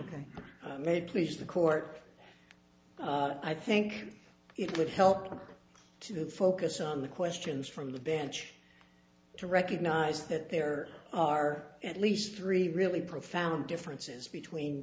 very pleased the court i think it would help to focus on the questions from the bench to recognize that there are at least three really profound differences between